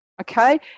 Okay